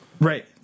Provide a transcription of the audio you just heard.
Right